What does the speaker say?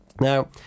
Now